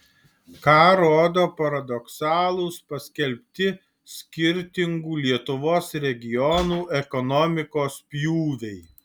ką rodo paradoksalūs paskelbti skirtingų lietuvos regionų ekonomikos pjūviai